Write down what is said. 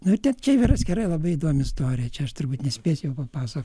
nu ten čia yra atskira labai įdomi istorija čia aš turbūt nespėsiu jau papasakot